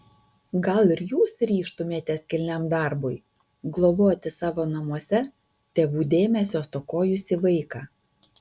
gal ir jūs ryžtumėtės kilniam darbui globoti savo namuose tėvų dėmesio stokojusį vaiką